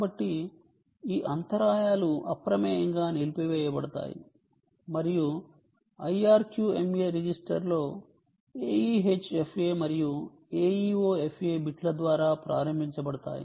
కాబట్టి ఈ అంతరాయాలు అప్రమేయంగా నిలిపివేయబడతాయి మరియు IRQMA రిజిస్టర్లో aehfa మరియు aeofa బిట్ల ద్వారా ప్రారంభించబడతాయి